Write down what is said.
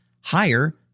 higher